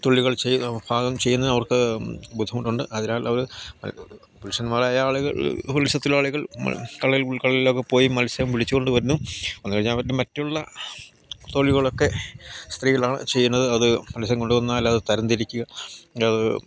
തൊഴിലുകൾ ചെയ്യുക ഭാഗം ചെയ്യുന്നതിന് അവർക്ക് ബുദ്ധിമുട്ടുണ്ട് അതിനാൽ അവർ പുരുഷന്മാരായ ആളുകൾ മത്സ്യ തൊലളികൾ കടലിൽ ഉൾക്കടലിലൊക്കെ പോയി മത്സ്യം പിടിച്ചു കൊണ്ടു വരുന്നു വന്നു കഴിഞ്ഞാൽ മറ്റുള്ള തൊഴിലുകളൊക്കെ സ്ത്രീകളാണ് ചെയ്യുന്നത് അത് മത്സ്യം കൊണ്ടു വന്നാൽ അത് തരം തിരിക്കുക അത്